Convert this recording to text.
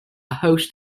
host